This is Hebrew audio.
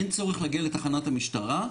אין צורך להגיע לתחנת המשטרה,